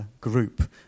group